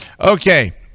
Okay